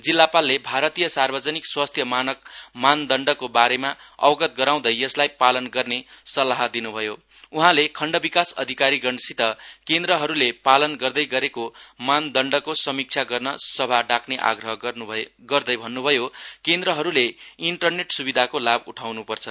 जिल्लापालले भारतीय सार्वजनिक स्वास्थ्य मानक मानदण्डको बारेमा अवगत गराउँदै यसलाई पालन गर्ने सल्लाह दिन्भयो उहाँले खण्ड विकास अधिकारीगणसित केन्द्रहरूले पालन गर्दै गरेको मानदण्डको समिक्षा गर्न सभा डाक्ने आग्रह गर्दै भन्न्भयो केन्द्रहरूले इन्टरनेट सुविधाको लाभ उठाउन् पर्छ